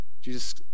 Jesus